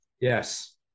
Yes